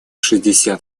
шестьдесят